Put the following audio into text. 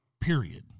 period